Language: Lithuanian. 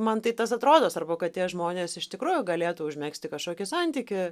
man tai tas atrodo svarbu kad tie žmonės iš tikrųjų galėtų užmegzti kažkokį santykį